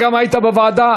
גם אתה היית בוועדה?